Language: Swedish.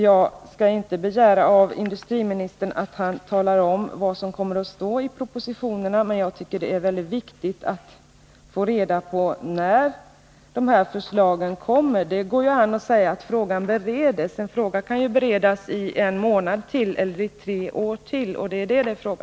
Jag skall inte begära att industriministern talar om vad som kommer att stå i propositionerna, men det är viktigt att få reda på när förslagen kommer. Det går an att säga att frågan bereds — en fråga kan beredas en månad till eller tre år till.